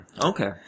Okay